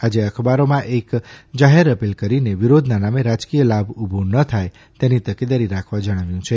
આજે અખબારોમાં એક જાહેર અપીલ કરીને વિરોધના નામે રાજકીય લાભ ઉભો ન થાય તેની તકેદારી રાખવા જણાવ્યું છે